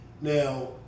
Now